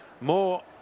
more